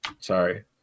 Sorry